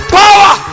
power